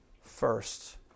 first